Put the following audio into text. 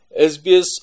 SBS